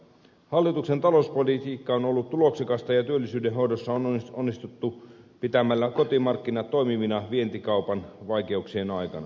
hallituksen talouspolitiikka on ollut tuloksekasta ja työllisyyden hoidossa on onnistuttu pitämällä kotimarkkinat toimivina vientikaupan vaikeuksien aikana